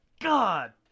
GOD